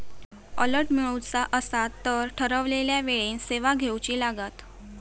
alert मिळवुचा असात तर ठरवलेल्या वेळेन सेवा घेउची लागात